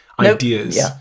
ideas